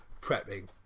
prepping